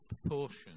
proportion